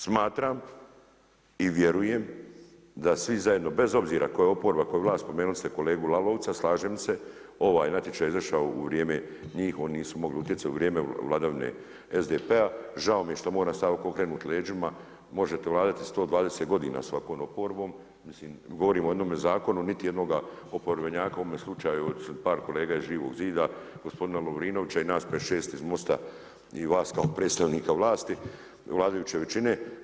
Smatram, i vjerujem da svi zajedno bez obzira tko je oporba, tko je vlast, pomenuli ste kolegu Lalvoca, slažem se ovaj natječaj je izašao u vrijeme njih, oni nisu mogli utjecat, u vrijeme vladavine SDP-a, žao mi je što mora … okrenut leđima možete vladati 120 godina s ovakvom oporbom, govorimo o jednom zakonu a niti jednog oporbenjaka o ovome slučaju osim par kolega Živoga zida, gospodina Lovrinovića i nas 5, 6 iz Mosta i vas kao predstavnika vlasti, vladajuće većine.